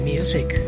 Music